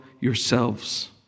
yourselves